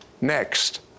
next